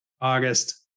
August